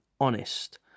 honest